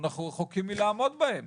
אנחנו רחוקים מלעמוד בהם.